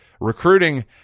recruiting